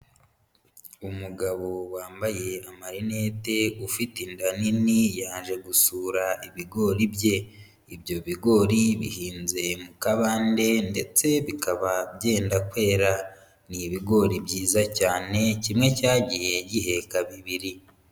Umugabo wambaye amarinete ufite inda nini, yaje gusura ibigori bye. Ibyo bigori bihinze mu kabande, ndetse bikaba byenda kwera. N'ibigori byiza cyane, kimwe cyagiye giheheka bibiri.